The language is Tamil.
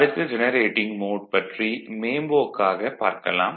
அடுத்து ஜெனரேட்டிங் மோட் பற்றி மேம்போக்காக பார்க்கலாம்